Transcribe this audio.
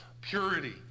purity